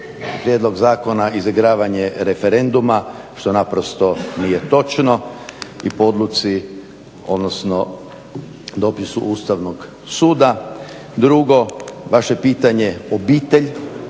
prijedlog zakona izigravanje referenduma, što naprosto nije točno i po odluci, odnosno dopisu Ustavnog suda. Drugo, vaše pitanje obitelj,